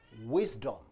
wisdom